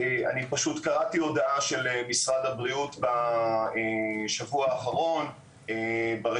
אני פשוט קראתי הודעה של משרד הבריאות בשבוע האחרון ברשתות,